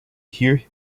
hear